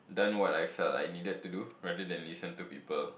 done what I felt I needed to do rather than listen to people